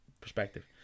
perspective